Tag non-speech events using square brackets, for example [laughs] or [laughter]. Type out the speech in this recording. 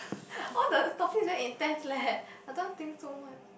[laughs] all the topics very intense leh I don't want think so much